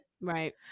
Right